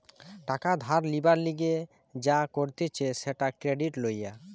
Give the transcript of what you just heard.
টাকা ধার লিবার লিগে যা করতিছে সেটা ক্রেডিট লওয়া